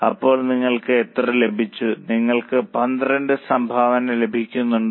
അപ്പോൾ നിങ്ങൾക്ക് എത്ര ലഭിച്ചു നിങ്ങൾക്ക് 12 സംഭാവന ലഭിക്കുന്നുണ്ടോ